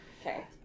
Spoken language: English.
Okay